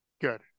good